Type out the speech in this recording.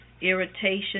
irritation